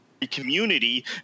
community